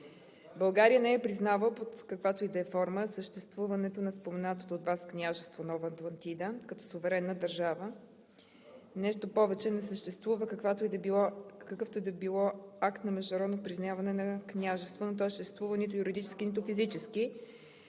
България не признава под каквато и да е форма съществуването на споменатото от Вас Княжество Нова Атлантида като суверенна държава. Нещо повече, не съществува какъвто и да било акт на международно признаване на Княжеството. То не съществува нито юридически, нито физически.